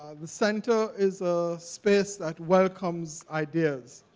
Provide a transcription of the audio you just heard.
the center is a space that welcomes ideas.